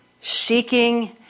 Seeking